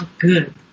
good